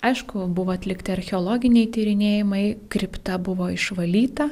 aišku buvo atlikti archeologiniai tyrinėjimai kripta buvo išvalyta